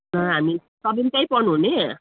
अँ हामी तपाईँ पनि त्यही पढ्नुहुने